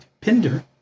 Pinder